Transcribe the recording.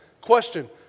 Question